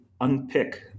unpick